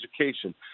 education